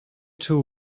too